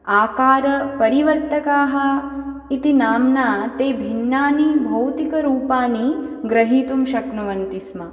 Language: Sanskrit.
आकारपरिवर्तकाः इति नाम्ना ते भिन्नानि भौतिकरूपाणि ग्रहीतुं शक्नुवन्ति स्म